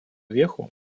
веху